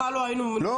בכלל לא היינו מתכנסים.